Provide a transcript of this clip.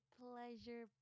pleasure